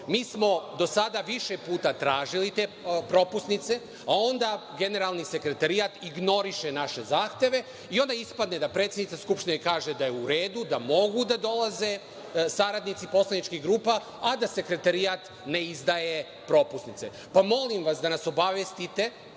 Mi smo do sada više puta do sada tražili te propusnice, a onda Generalni sekretarijat ignoriše naše zahteve i onda ispade da predsednica Skupštine kaže da je u redu, da mogu da dolaze saradnici poslaničkih grupa, a da sekretarijat ne izdaje propusnice. Molim vas, da nas obavestite,